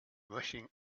rushing